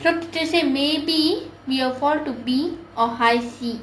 so teacher say maybe we will fall to B or high C